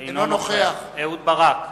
אינו נוכח אהוד ברק,